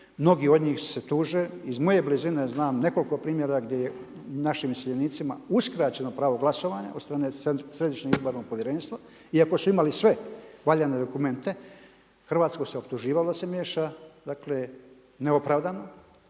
mnogi od njih se tuže. Iz moje blizine znam nekoliko primjera gdje je našim iseljenicima uskraćeno pravo glasovanja od strane središnjeg izbornog povjerenstva, iako su imali sve valjane dokumente, Hrvatsku se optuživalo da se miješa, dakle neopravdano,